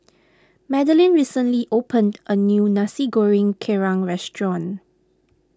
Madilyn recently opened a new Nasi Goreng Kerang restaurant